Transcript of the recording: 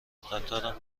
قطارم